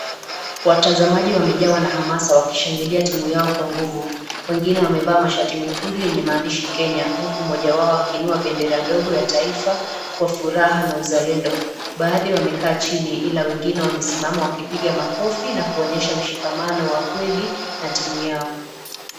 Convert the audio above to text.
Watazamaji wamejawa na hamasa wakishangilia timu yao kwa nguvu ,wengine wamevaa mashati mekundu yenye maandishi Kenya, huku mmoja wao akiunua bendera ndogo ya taifa kwa furaha na uzalendo. Baadhi wamekaa chini, Ila wengine wamesimama wakipiga makofi na kuonyesha mshikamano wa kweli na timu yao.